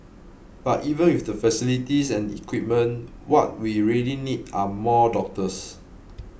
but even with the facilities and equipment what we really need are more doctors